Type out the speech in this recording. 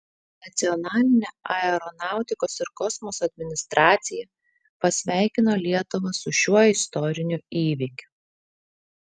nacionalinė aeronautikos ir kosmoso administracija pasveikino lietuvą su šiuo istoriniu įvykiu